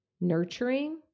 nurturing